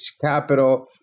Capital